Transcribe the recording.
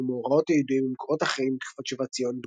ומאורעות הידועים ממקורות אחרים מתקופת שיבת ציון,